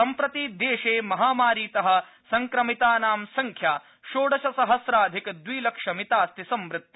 सम्प्रति देशे महामारीतः संक्रमितानां संख्या षोडशसहस्राधिक द्विलक्षमिता अस्ति संवृता